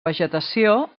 vegetació